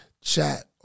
chat